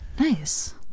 Nice